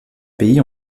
pays